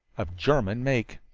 of german make.